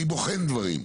אני בוחן דברים.